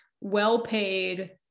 well-paid